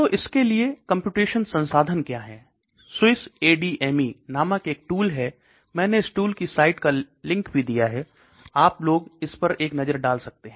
तो इसके लिए कम्प्यूटेशनल संसाधन क्या हैं SWISS ADME नामक एक टूल है मेने इस टूल की साइट का लिंक भी दिया है ताकि आप लोग इस पर एक नज़र डाल सकें